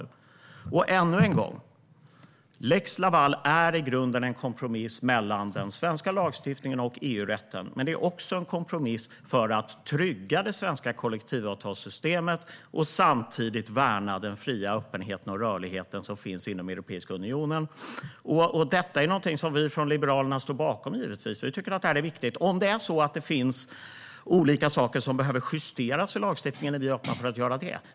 Jag säger det ännu en gång: Lex Laval är i grunden en kompromiss mellan den svenska lagstiftningen och EU-rätten, men det är också en kompromiss för att trygga det svenska kollektivavtalssystemet och samtidigt värna öppenheten och den fria rörligheten inom Europeiska unionen. Detta är givetvis någonting som vi från Liberalerna står bakom, för vi tycker att det är viktigt. Om det finns olika saker som behöver justeras i lagstiftningen är vi öppna för att göra det.